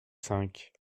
cinq